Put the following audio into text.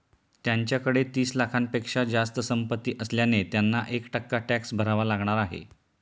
त्यांच्याकडे तीस लाखांपेक्षा जास्त संपत्ती असल्याने त्यांना एक टक्का टॅक्स भरावा लागणार आहे